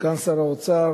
סגן שר האוצר,